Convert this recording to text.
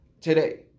today